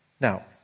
Now